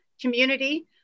community